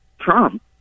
Trump